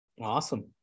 Awesome